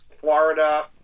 Florida